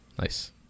Nice